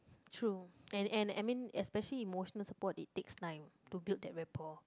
true and and I mean especially emotional support it takes time to build that rapport